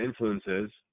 influences